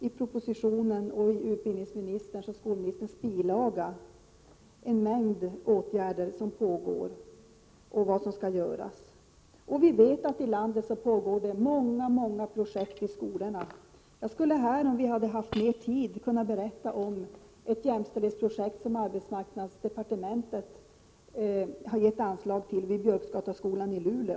I propositionen och i utbildningsministerns och skolministerns bilaga nämns en mängd åtgärder som har vidtagits och även vad som kommer att göras. Vi vet att det i landet pågår många många projekt i skolorna. Jag skulle här, om vi hade haft mer tid, kunnat berätta om ett jämställdhetsprojekt, som arbetsmarknadsde partementet har gett anslag till vid Björkskataskolan i Luleå, där man Prot.